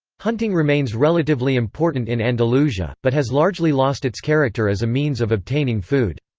hunting remains relatively important in andalusia, but has largely lost its character as a means of obtaining food.